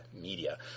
Media